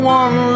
one